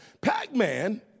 Pac-Man